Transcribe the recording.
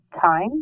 time